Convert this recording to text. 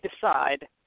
decide